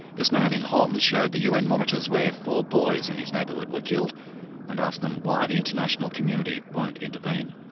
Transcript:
this man in homs showed the un monitors where four boys in his neighbourhood were killed and asked them why the international community won't intervene.